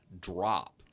drop